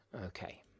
Okay